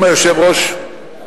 אם היושב-ראש,